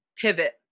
pivot